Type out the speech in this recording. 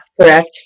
Correct